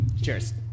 Cheers